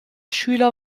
schüler